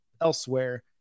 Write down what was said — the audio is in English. elsewhere